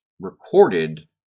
recorded